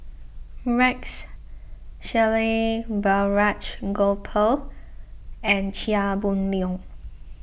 Rex Shelley Balraj Gopal and Chia Boon Leong